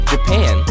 Japan